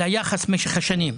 על היחס במשך השנים.